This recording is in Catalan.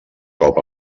cop